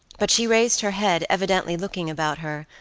but she raised her head, evidently looking about her,